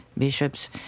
Bishops